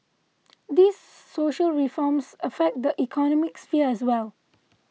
these social reforms affect the economic sphere as well